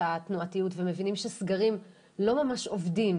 התנועתיות ומבינים שסגרים לא ממש עובדים,